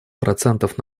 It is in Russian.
процентов